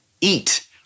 eat